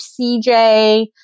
CJ